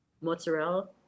mozzarella